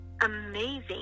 amazing